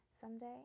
someday